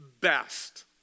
best